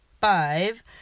five